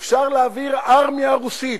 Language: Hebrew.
אפשר להעביר ארמיה רוסית,